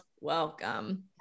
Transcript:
welcome